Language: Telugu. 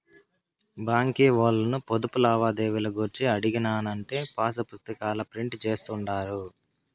బాంకీ ఓల్లను పొదుపు లావాదేవీలు గూర్చి అడిగినానంటే పాసుపుస్తాకాల ప్రింట్ జేస్తుండారు